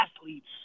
athletes